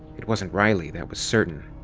it wasn't riley, that was certain.